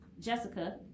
Jessica